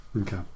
Okay